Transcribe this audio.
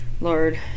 Lord